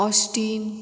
Osteen